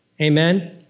Amen